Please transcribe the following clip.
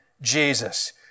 Jesus